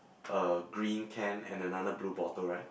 a green can and another blue bottle right